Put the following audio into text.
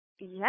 Yes